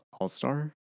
All-Star